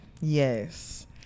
Yes